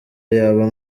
yaba